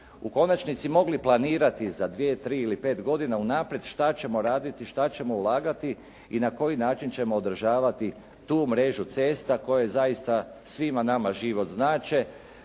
u konačnici mogli planirati za dvije, tri ili pet godina unaprijed šta ćemo raditi, šta ćemo ulagati i na koji način ćemo održavati tu mrežu cesta koje zaista svima nama život znače.